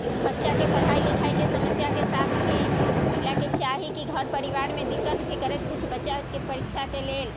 लेकिन बच्चाके पढ़ाइ लिखाइके समस्याके साथ भी महिलाके चाही की घर परिवारमे दिक्कत भी करैत किछु बच्चाके परीक्षाके लेल